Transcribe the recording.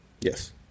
Yes